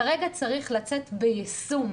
כרגע צריך לצאת בייזום.